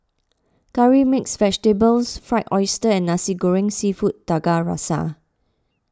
Curry Mixed Vegetables Fried Oyster and Nasi Goreng Seafood Tiga Rasa